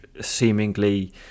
seemingly